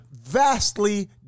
vastly